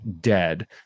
dead